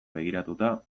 begiratuta